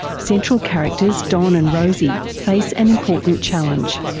central characters don and rosie face an important challenge.